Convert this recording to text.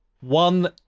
one